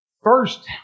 first